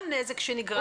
גם זה נזק שנגרם,